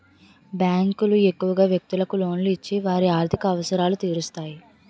బ్యాంకులు ఎక్కువగా వ్యక్తులకు లోన్లు ఇచ్చి వారి ఆర్థిక అవసరాలు తీరుస్తాయి